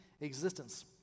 existence